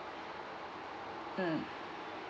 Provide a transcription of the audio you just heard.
mm